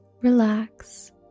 relax